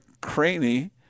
Craney